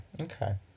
Okay